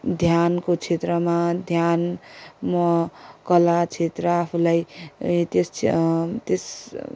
ध्यानको क्षेत्रमा ध्यान म कला क्षेत्र आफूलाई ए त्यस छ त्यस